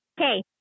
okay